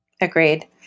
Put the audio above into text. Agreed